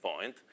point